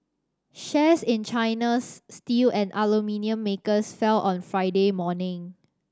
shares in China's steel and aluminium makers fell on Friday morning